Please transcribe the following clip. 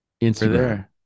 Instagram